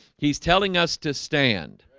he's telling us to stand